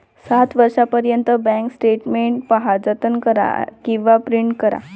सात वर्षांपर्यंत bank statement पहा, जतन करा किंवा प्रिंट करा